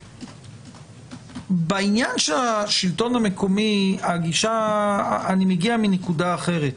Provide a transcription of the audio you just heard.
בעניין השלטון המקומי, אני מגיע מנקודה אחרת.